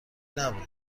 نبود